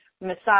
massage